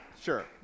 sure